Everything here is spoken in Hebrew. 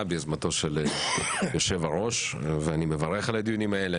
ביוזמתו של יושב-הראש ואני מברך על הדיונים האלה.